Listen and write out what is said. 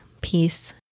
peace